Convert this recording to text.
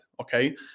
okay